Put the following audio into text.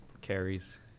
Carries